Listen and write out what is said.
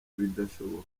ibidashoboka